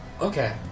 Okay